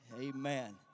Amen